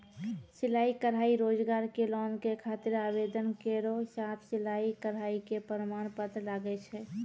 सिलाई कढ़ाई रोजगार के लोन के खातिर आवेदन केरो साथ सिलाई कढ़ाई के प्रमाण पत्र लागै छै?